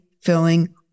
filling